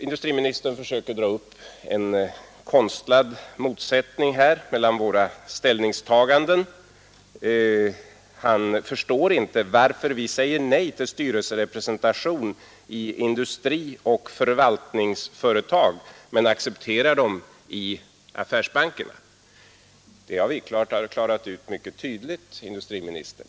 Industriministern försöker dra upp en konstlad motsättning mellan våra ställningstaganden. Han förstår inte varför vi säger nej till styrelserepresentation i industrioch förvaltningsföretag men accepterar sådan i affärsbankerna. Den saken har vi klarat ut mycket tydligt.